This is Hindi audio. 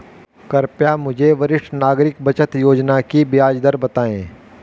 कृपया मुझे वरिष्ठ नागरिक बचत योजना की ब्याज दर बताएं